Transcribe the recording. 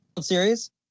Series